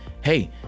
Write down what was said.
hey